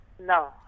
No